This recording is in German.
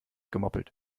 gemoppelt